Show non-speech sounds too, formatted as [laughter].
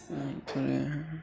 [unintelligible]